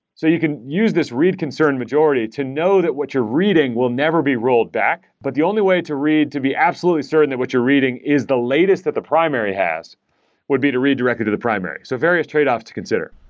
so you can use this read concern majority to know that what you're reading will never be rolled back, but the only way to read to be absolutely certain that what you're reading is the latest that the primary has would be to read directly to the primary. so various tradeoffs to consider.